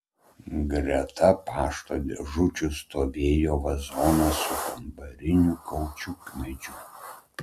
greta pašto dėžučių stovėjo vazonas su kambariniu kaučiukmedžiu